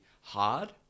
hard